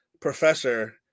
professor